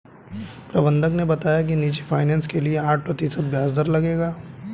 प्रबंधक ने बताया कि निजी फ़ाइनेंस के लिए आठ प्रतिशत ब्याज दर लगेगा